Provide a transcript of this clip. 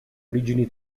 origini